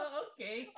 okay